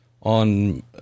on